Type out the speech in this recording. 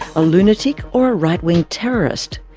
a lunatic or a right-wing terrorist?